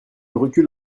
recule